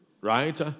Right